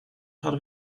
hadden